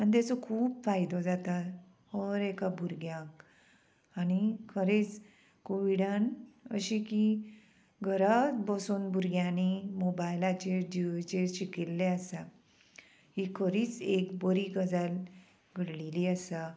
आनी तेचो खूब फायदो जाता हर एका भुरग्याक आनी खरेंच कोविडान अशी की घरा बसून भुरग्यांनी मोबायलाचेर जियोचेर शिकिल्ले आसा ही खरीच एक बरी गजाल घडलेली आसा